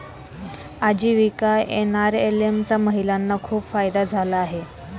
आजीविका एन.आर.एल.एम चा महिलांना खूप फायदा झाला आहे